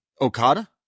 Okada